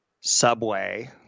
Subway